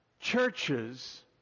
churches